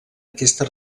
aquesta